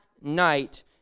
night